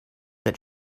that